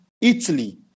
Italy